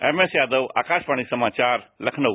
M S Yadav Akashvani समाचार लखनऊ